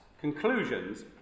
conclusions